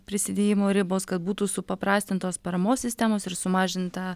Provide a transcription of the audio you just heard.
prisidėjimo ribos kad būtų supaprastintos paramos sistemos ir sumažinta